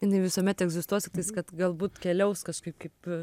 jinai visuomet egzistuos tiktais kad galbūt keliaus kažkaip kaip